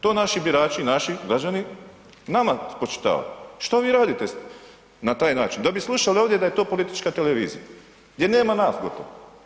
To naši birači, naši građani nama spočitavaju, što vi radite na taj način da bi slušali ovdje da je to politička televizija, gdje nema nas gotovo.